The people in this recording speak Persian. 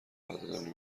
قدردانی